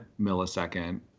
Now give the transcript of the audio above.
millisecond